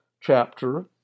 chapter